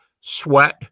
sweat